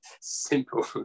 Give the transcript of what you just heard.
simple